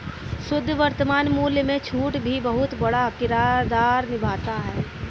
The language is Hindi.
शुद्ध वर्तमान मूल्य में छूट भी बहुत बड़ा किरदार निभाती है